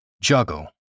juggle